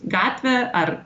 gatvę ar